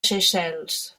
seychelles